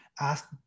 ask